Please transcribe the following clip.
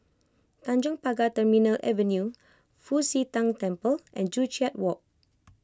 Tanjong Pagar Terminal Avenue Fu Xi Tang Temple and Joo Chiat Walk